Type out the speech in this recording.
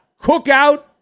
cookout